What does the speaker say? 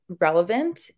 relevant